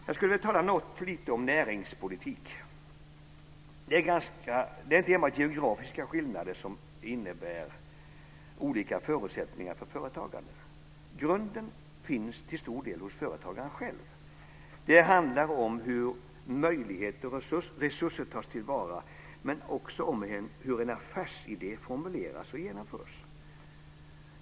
Jag skulle vilja tala något lite om näringspolitik. Det är inte enbart geografiska skillnader som innebär olika förutsättningar för företagande. Grunden finns till stor del hos företagaren själv. Det handlar om hur möjligheter och resurser tas till vara, men också om hur en affärsidé formuleras och genomförs.